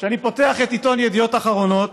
כשאני פותח את עיתון ידיעות אחרונות